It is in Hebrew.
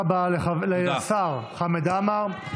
תודה רבה לשר חמד עמאר.